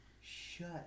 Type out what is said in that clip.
shut